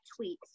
tweets